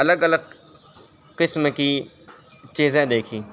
الگ الگ قسم کی چیزیں دیکھیں